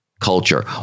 culture